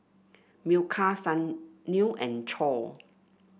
Milkha Sunil and Choor